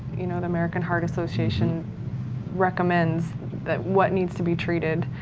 you know, the american heart association recommends what needs to be treated,